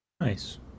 nice